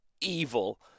evil